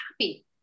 happy